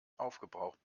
aufgebraucht